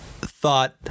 thought